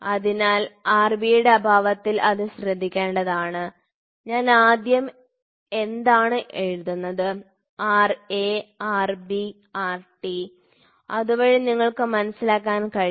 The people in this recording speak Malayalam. അതിനാൽ Rb യുടെ അഭാവത്തിൽ ഇത് ശ്രദ്ധിക്കേണ്ടതാണ് ഞാൻ ആദ്യം എന്താണ് എഴുതുന്നത് Ra Rb Rt അതുവഴി നിങ്ങൾക്ക് മനസിലാക്കാൻ കഴിയും